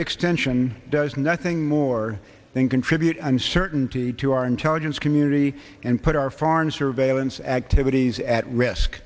extension does nothing more than contribute uncertainty to our intelligence community and put our foreign surveillance activities at risk